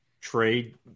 trade